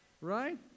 right